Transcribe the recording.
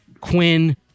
Quinn